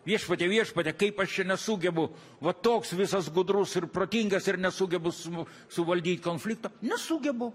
viešpatie viešpatie kaip aš čia nesugebu va toks visas gudrus ir protingas ir nesugebu su suvaldyt konflikto nesugebu